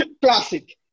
Classic